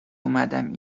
اومدم